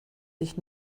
sich